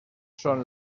són